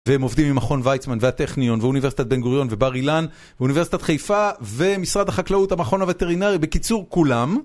והם עובדים עם מכון ויצמן והטכניון, ואוניברסיטת בן גוריון ובר אילן, ואוניברסיטת חיפה, ומשרד החקלאות המכון הווטרינרי, בקיצור כולם.